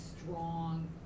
strong